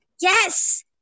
Yes